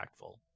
impactful